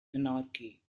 anarchy